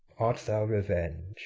art thou revenge?